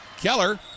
Keller